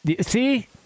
See